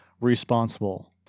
responsible